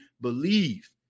believe